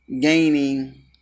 gaining